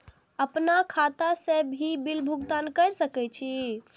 आपन खाता से भी बिल भुगतान कर सके छी?